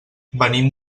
venim